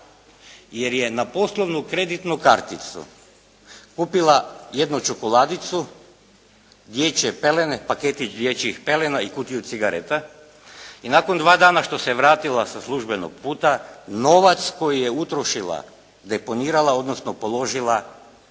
jer je na poslovnu kreditnu karticu kupila jednu čokoladicu, dječje pelene, paketić dječjih pelena i kutiju cigareta. I nakon dva dana što se vratila sa službenog puta novac koji je utrošila, deponirala odnosno položila